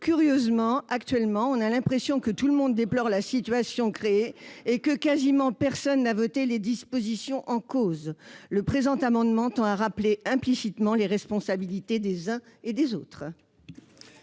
Curieusement, actuellement, on a l'impression que tout le monde déplore la situation créée et que quasiment personne n'a voté les dispositions en cause. Le présent amendement tend à rappeler implicitement les responsabilités des uns et des autres.